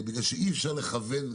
בגלל שאי אפשר לכוון.